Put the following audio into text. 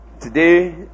today